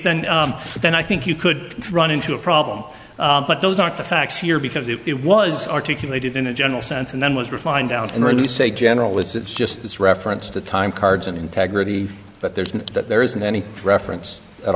then then i think you could run into a problem but those aren't the facts here because it was articulated in a general sense and then was refined down and reduce a general it's just this reference to time cards and integrity but there isn't that there isn't any reference at